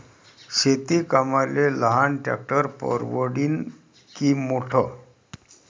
शेती कामाले लहान ट्रॅक्टर परवडीनं की मोठं?